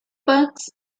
bucks